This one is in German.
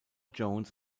jones